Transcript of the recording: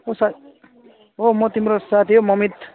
ओ साथ औ म तिम्रो साथी हौ ममित